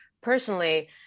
personally